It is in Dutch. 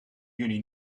juni